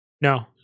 No